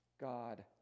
God